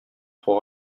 pour